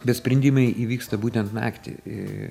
bet sprendimai įvyksta būtent naktį į